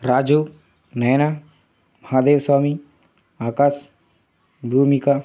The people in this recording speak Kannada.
ರಾಜು ನಯನಾ ಮಹಾದೇವ ಸ್ವಾಮಿ ಆಕಾಶ್ ಭೂಮಿಕಾ